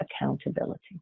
accountability